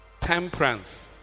Temperance